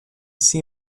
see